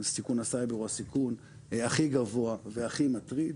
סיכון הסייבר הוא הסיכון הכי גבוה והכי מטריד,